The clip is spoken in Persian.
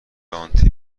آنتی